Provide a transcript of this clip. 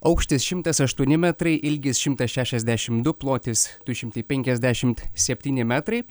aukštis šimtas aštuoni metrai ilgis šimtas šešiasdešim du plotis du šimtai penkiasdešimt septyni metrai